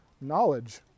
knowledge